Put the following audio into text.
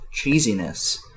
cheesiness